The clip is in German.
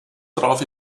traf